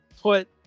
put